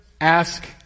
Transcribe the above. ask